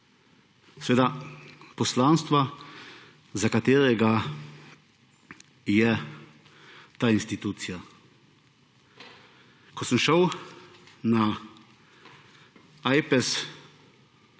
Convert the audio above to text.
seveda poslanstva, za katerega je ta institucija. Ko sem šel na